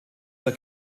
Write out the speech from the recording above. der